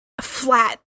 flat